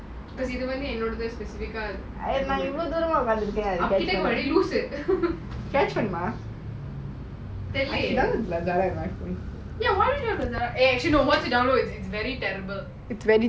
லூசு:lusu why don't you try lazada actually eh once you download it's very terrible